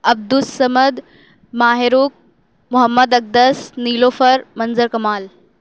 عبدالصّمد Mahrukh Mohammad Aqdas Nilofar Manzar Kamal